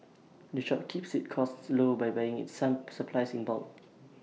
the shop keeps its costs low by buying its some supplies in bulk